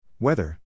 Weather